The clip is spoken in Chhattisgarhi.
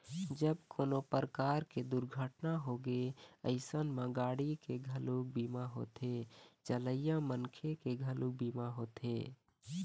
जब कोनो परकार के दुरघटना होगे अइसन म गाड़ी के घलोक बीमा होथे, चलइया मनखे के घलोक बीमा होथे